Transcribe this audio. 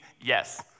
yes